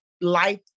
life